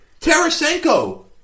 Tarasenko